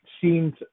seems